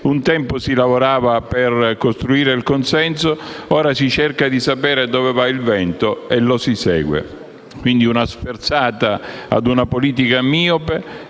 un tempo si lavorava per costruire il consenso, ora si cerca di sapere dove va il vento e lo si segue». Una sferzata a una politica miope,